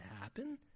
happen